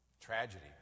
Tragedy